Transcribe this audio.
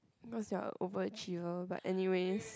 cause you're a over achiever but anyways